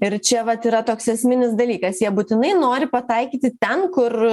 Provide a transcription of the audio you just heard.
ir čia vat yra toks esminis dalykas jie būtinai nori pataikyti ten kur